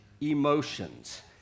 emotions